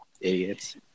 idiots